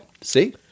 See